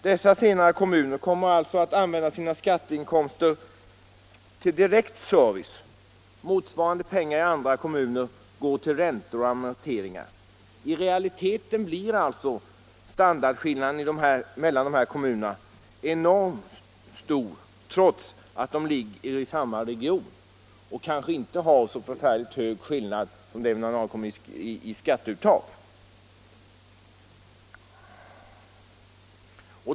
Dessa senare kommuner kommer alltså att använda sina skatteinkomster till direkt service. Motsvarande pengar i andra kommuner går till räntor och amorteringar. I realiteten blir alltså standardskillnaden mellan de här kommunerna enormt stor, trots att de ligger i samma region och kanske inte har så förfärligt hög skillnad i skatteuttag.